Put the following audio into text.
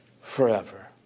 forever